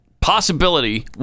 possibility